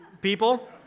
people